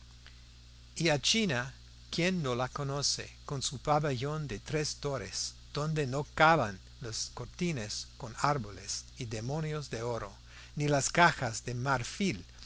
a china quién no la conoce con su pabellón de tres torres donde no caben las cortinas con árboles y demonios de oro ni las cajas de marfil